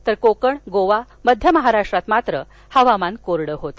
तर कोकण गोवा मध्य महाराष्ट्रात हवामान कोरड होत